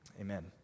Amen